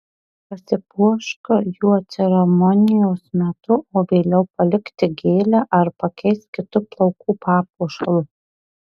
pasipuošk juo ceremonijos metu o vėliau palik tik gėlę ar pakeisk kitu plaukų papuošalu